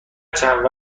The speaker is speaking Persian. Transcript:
چند